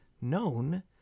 known